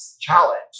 challenge